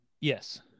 Yes